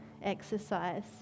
exercise